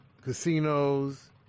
casinos